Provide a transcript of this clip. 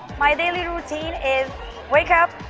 my daily routine is wake up,